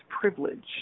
privilege